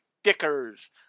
stickers